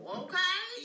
okay